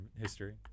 history